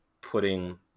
putting